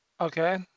Okay